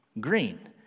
green